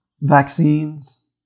vaccines